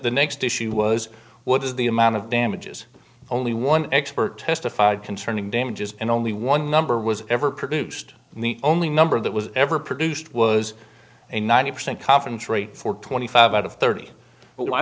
the next issue was what is the amount of damages only one expert testified concerning damages and only one number was ever produced and the only number that was ever produced was a ninety percent concentrate for twenty five out of thirty